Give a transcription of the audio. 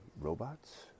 robots